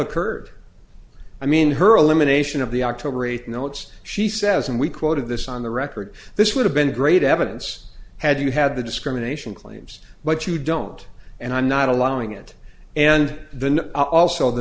occurred i mean her elimination of the october eighth notes she says and we quote of this on the record this would have been great evidence had you had the discrimination claims but you don't and i'm not allowing it and then also the